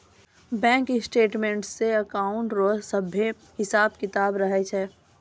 bank statements मे account रो सभे हिसाब किताब रहै छै